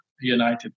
united